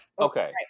Okay